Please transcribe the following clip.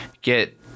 get